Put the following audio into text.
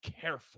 careful